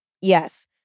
Yes